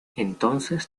entonces